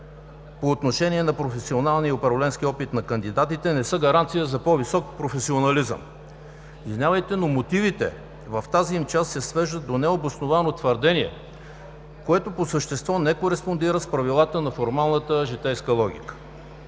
по отношение на професионалния и управленски опит на кандидатите не са гаранция за по-висок професионализъм. Извинявайте, но мотивите в тази им част се свеждат до необосновано твърдение, което по същество не кореспондира с правилата на формалната житейска логика.